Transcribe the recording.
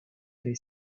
tre